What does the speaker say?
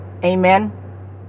Amen